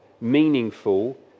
meaningful